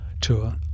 tour